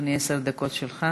אדוני, עשר דקות שלך.